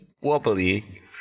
wobbly